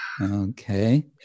Okay